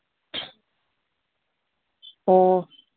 ꯑꯣ